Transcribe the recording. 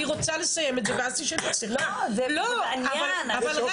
אני רוצה לסיים ואז תשאלי אבל זה לא העניין אבל,